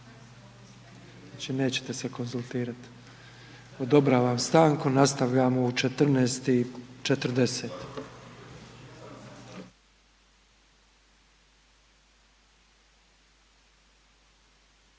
Znači nećete se konzultirati. Odobravam stanku, nastavljamo u 14 i 40.